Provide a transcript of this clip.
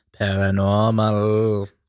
paranormal